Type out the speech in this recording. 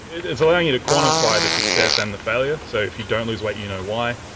it is allowing you to quantify the success and the failure. so if you don't lose weight you know why.